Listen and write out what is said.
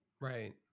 Right